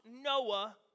Noah